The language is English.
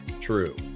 true